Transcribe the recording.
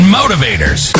motivators